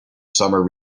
summer